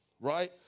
right